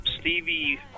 Stevie